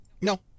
No